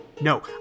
No